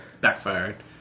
backfired